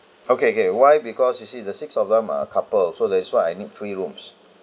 okay okay why because you see the six of them are couple so that's why I need three rooms